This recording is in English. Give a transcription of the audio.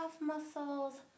muscles